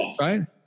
Right